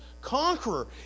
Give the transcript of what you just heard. Conqueror